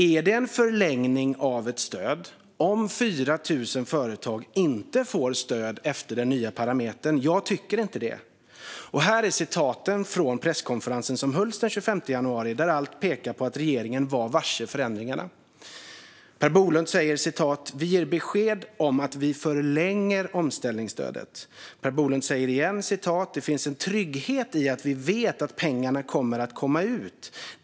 Är det en förlängning av ett stöd om 4 000 företag inte får stöd efter den nya parametern? Jag tycker inte det. På presskonferensen som hålls den 25 januari pekar allt på att regeringen är varse förändringarna. Per Bolund säger att regeringen ger besked om att man förlänger omställningsstödet. Han säger att det finns en trygghet i att vi vet att pengarna kommer att komma ut.